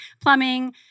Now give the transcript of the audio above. plumbing